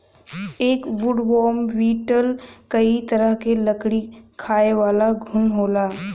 एक woodworm beetle कई तरह क लकड़ी खायेवाला घुन होला